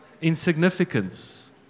insignificance